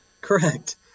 Correct